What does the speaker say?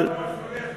אבל, הכול ישר.